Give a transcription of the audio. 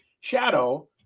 shadow